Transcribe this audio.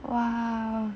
!wah!